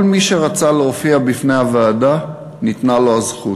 כל מי שרצה להופיע בפני הוועדה, ניתנה לו הזכות.